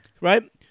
Right